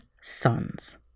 Sons